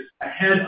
ahead